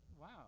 Wow